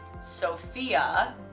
Sophia